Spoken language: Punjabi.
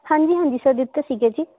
ਹਾਂਜੀ ਹਾਂਜੀ ਸਰ ਦਿੱਤੇ ਸੀਗੇ ਜੀ